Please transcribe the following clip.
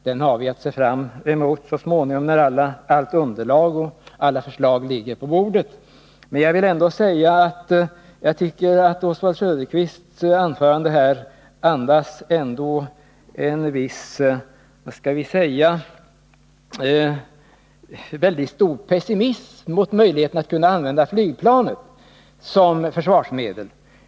Den har vi att se fram emot så småningom när allt underlag och alla förslag ligger på bordet. Jag tycker att Oswald Söderqvists anförande andas en väldigt stor pessimism när det gäller möjligheten att kunna använda flygplanet som försvarsmedel.